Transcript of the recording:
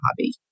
hobby